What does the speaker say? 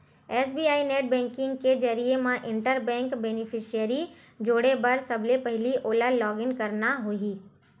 SBI net banking के जरिए म इंटर बेंक बेनिफिसियरी जोड़े बर सबले पहिली ओला लॉगिन करना होही